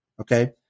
Okay